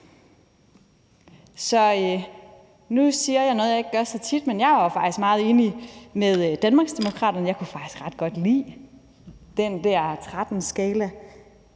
Så nu siger jeg noget, jeg ikke gør så tit. Jeg er faktisk meget enig med Danmarksdemokraterne; jeg kunne faktisk ret godt lide den der 13-skala,